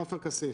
עופר כסיף,